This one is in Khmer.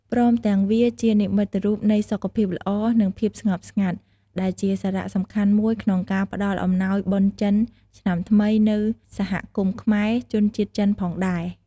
ព្រមទាំងវាជានិមិត្តរូបនៃសុខភាពល្អ និងភាពស្ងប់ស្ងាត់ ដែលជាសារៈសំខាន់មួយក្នុងការផ្ដល់អំណោយបុណ្យចិនឆ្នាំថ្មីនៅសហគមន៍ខ្មែរជនជាតិចិនផងដែរ។